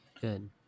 good